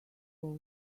years